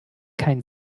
kein